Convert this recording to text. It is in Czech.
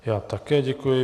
Já také děkuji.